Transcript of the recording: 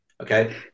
okay